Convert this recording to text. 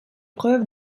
preuve